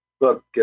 look